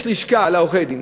יש לשכה לעורכי-דין,